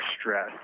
stress